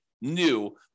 new